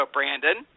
Brandon